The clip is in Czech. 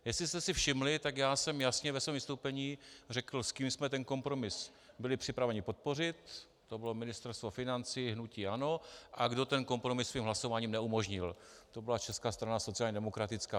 Jestli jste si všimli, tak jsem jasně ve svém vystoupení řekl, s kým jsme kompromis byli připraveni podpořit, to bylo Ministerstvo financí a hnutí ANO, a kdo kompromis svým hlasováním neumožnil, to byla Česká strana sociálně demokratická.